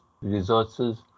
resources